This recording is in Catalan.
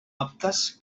aptes